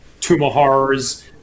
Tumahar's